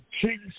King